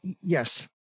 Yes